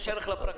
יש ערך לפרקטיקה.